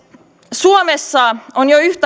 suomessa on jo